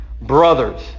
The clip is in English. Brothers